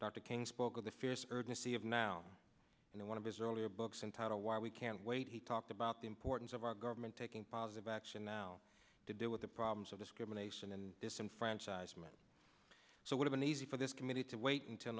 dr king spoke of the fierce urgency of now and the one of his earlier books entitled why we can't wait he talked about the importance of our government taking positive action now to do with the problems of discrimination and disenfranchisement so what have been easy for this committee to wait until